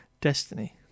Destiny